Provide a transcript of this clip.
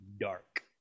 dark